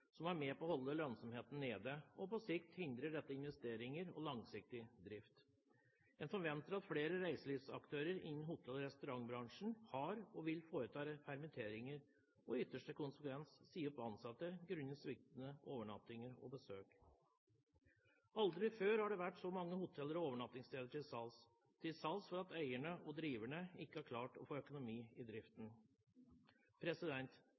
som er med på å holde lønnsomheten nede. På sikt hindrer dette investeringer og langsiktig drift. En forventer at flere reiselivsaktører innen hotell- og restaurantbransjen har foretatt og vil foreta permitteringer og i ytterste konsekvens si opp ansatte grunnet sviktende overnattinger og besøk. Aldri før har det vært så mange hoteller og overnattingssteder til salgs fordi eierne og driverne ikke har klart å få økonomi i